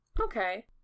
Okay